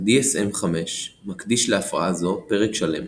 ה-DSM 5 מקדיש להפרעה זו פרק שלם